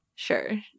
sure